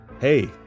Hey